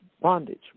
Bondage